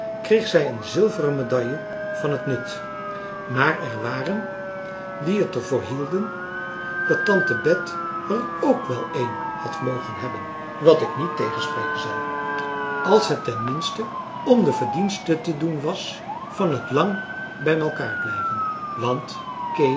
kreeg zij een zilveren medaille van het nut maar er waren die het er voor hielden dat tante bet er ook wel een had mogen hebben wat ik niet tegenspreken zal als het ten minste om de verdienste te doen was van het lang bij malkaar blijven want